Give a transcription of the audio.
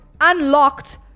unlocked